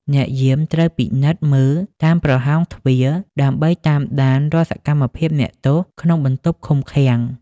អ្នកយាមត្រូវពិនិត្យមើលតាមប្រហោងទ្វារ ដើម្បីតាមដានរាល់សកម្មភាពអ្នកទោសក្នុងបន្ទប់ឃុំឃាំង។